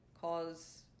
cause